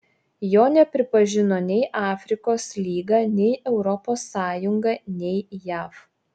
jo nepripažino nei afrikos lyga nei europos sąjunga nei jav